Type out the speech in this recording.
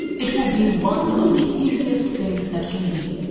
it will be one of the easiest things that can be,